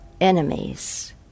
enemies